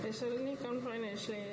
the salary can't find my share